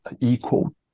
equal